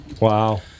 Wow